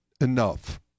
enough